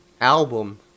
album